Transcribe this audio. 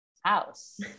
house